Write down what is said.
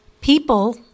People